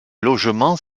logements